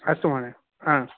अस्तु महोदय हा